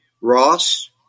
Ross